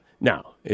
Now